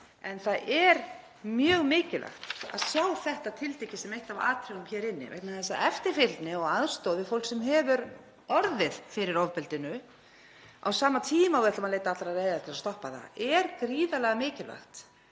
En það er mjög mikilvægt að sjá þetta tiltekið sem eitt af atriðunum hér inni. Eftirfylgni og aðstoð við fólk sem hefur orðið fyrir ofbeldi, á sama tíma og við ætlum að leita allra leiða til að stoppa það, er gríðarlega mikilvæg.